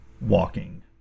walking